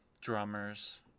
drummers